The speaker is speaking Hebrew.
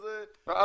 אז --- לא,